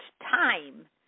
time